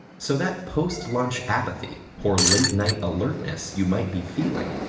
so that post-lunch apathy, or late-night alertness you might be feeling,